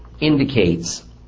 indicates